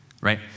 right